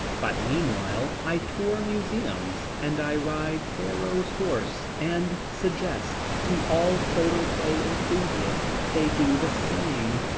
but meanwhile, i tour museums and i ride pharaoh's horse, and suggest to all photoplay enthusiasts they do the same.